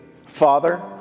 Father